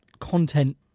content